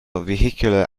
vehicular